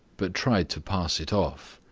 but tried to pass it off.